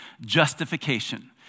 justification